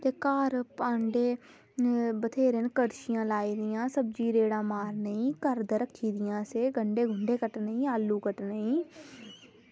ते घर भांडे बथ्हेरे न कड़छियां लाई दियां सब्ज़ी गी रेड़ा मारने गी करद रक्खी दियां असें गंडे कट्टने गी आलू कट्टने ई